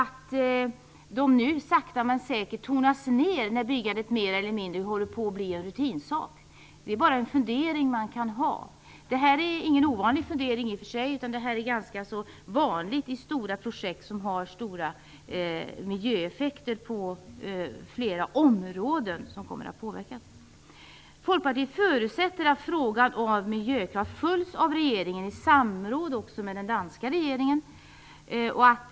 Tonas de ned, sakta men säkert, nu när byggandet mer eller mindre håller på att bli en rutinsak? Det är bara en fundering - och det är i och för sig ingen ovanlig fundering. Tvärtom är detta fenomen ganska vanligt i projekt som har stora miljöeffekter och påverkar flera områden. Folkpartiet förutsätter att frågan om miljökrav följs av regeringen i samråd med den danska regeringen.